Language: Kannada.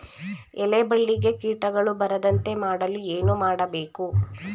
ಎಲೆ ಬಳ್ಳಿಗೆ ಕೀಟಗಳು ಬರದಂತೆ ಮಾಡಲು ಏನು ಮಾಡಬೇಕು?